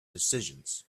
decisions